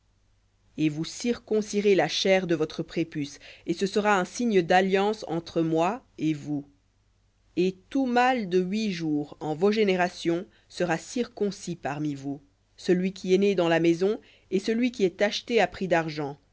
et vous circoncirez la chair de votre prépuce et ce sera un signe d'alliance entre moi et vous et tout mâle de huit jours en vos générations sera circoncis parmi vous celui qui est né dans la maison et celui qui est acheté à prix d'argent